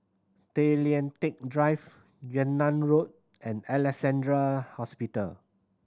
Tay Lian Teck Drive Yunnan Road and Alexandra Hospital